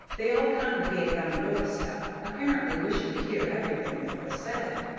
they all congregated on the doorstep, apparently wishing to hear everything that was said.